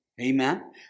Amen